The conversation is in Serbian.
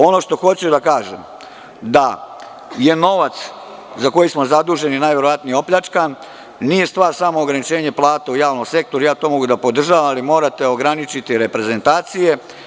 Ono što hoću da kažem da je novac za koji smo zaduženi najverovatnije opljačkan, nije stvar samo ograničenje plata u javnom sektoru i ja to mogu da podržavam, ali morate ograničiti reprezentacije.